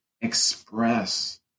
express